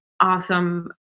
awesome